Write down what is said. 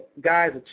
guys